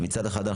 מצד אחד,